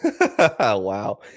Wow